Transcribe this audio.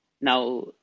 Now